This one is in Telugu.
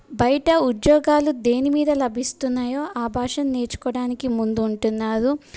బయట ఉద్యోగాలు దేని మీద లభిస్తున్నాయో ఆ భాషని నేర్చుకోడానికి ముందు ఉంటున్నారు